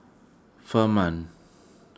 Firman